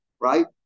right